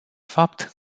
fapt